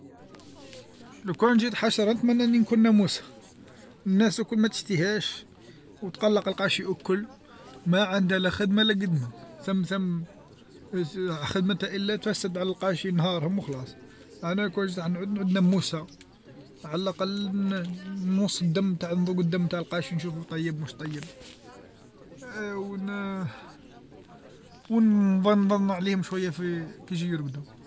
لوكان جيت حشرا نتمنى أني نكون نموسا، الناس واك متشتيهاش و تقلق الغاشي الكل ماعندها لا خدمه لا قدما ثم ثم، خدمتها الى تفسد على الغاشي نهارهم و خلاص، أنا لوكان جيت راح نعود نعود ناموسا، على الأقل ن-نمص الدم نذوق الدم تع الغاشي نشوفو طيب مش طيب و نظنظن عليهم في كيجبو يرقدو.